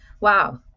wow